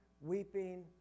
weeping